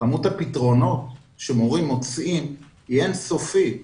כמות הפתרונות שמורים מוצאים היא אין סופית.